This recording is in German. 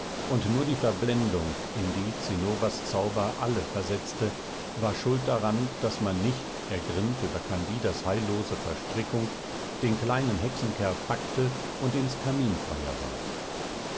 und nur die verblendung in die zinnobers zauber alle versetzte war schuld daran daß man nicht ergrimmt über candidas heillose verstrickung den kleinen hexenkerl packte und ins kaminfeuer warf